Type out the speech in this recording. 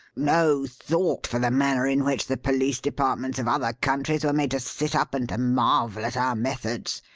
no thought for the manner in which the police departments of other countries were made to sit up and to marvel at our methods.